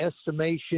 estimation